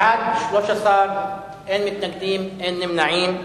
בעד, 13, אין מתנגדים, אין נמנעים.